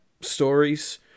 stories